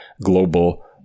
global